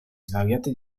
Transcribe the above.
svariate